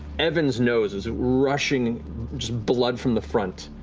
evan's nose is rushing just blood from the front.